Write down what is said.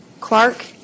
Clark